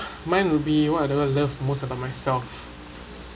mine would be what I love most about myself